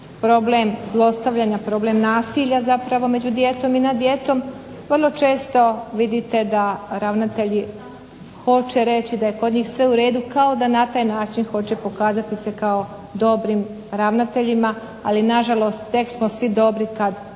problem zlostavljanja, problem nasilja zapravo među djecom i nad djecom. Vrlo često vidite da ravnatelji hoće reći da je kod njih sve u redu kao da na taj način hoće pokazati se kao dobrim ravnateljima, ali nažalost tek smo svi dobri kad